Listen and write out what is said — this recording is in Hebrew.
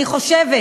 אני חושבת